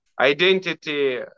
identity